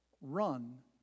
run